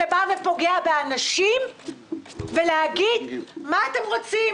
שפוגע באנשים ולהגיד: מה אתם רוצים?